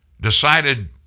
decided